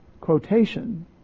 quotation